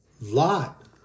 Lot